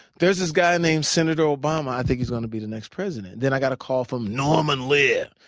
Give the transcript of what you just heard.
there's this guy named senator obama i think he's gonna be the next president. then i got a call from norman lear.